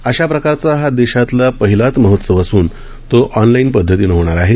अशाप्रकारचा हा देशातला पहिलाच महोत्सव असून तो ऑनलाईन पदधतीनं होणार आहे